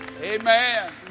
Amen